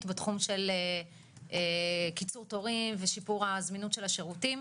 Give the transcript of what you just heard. בתחום של קיצור תורים ושיפור הזמינות של השירותים,